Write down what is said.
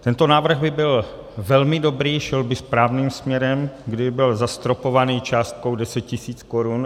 Tento návrh by byl velmi dobrý, šel by správným směrem, kdyby byl zastropovaný částkou 10 000 korun.